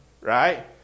right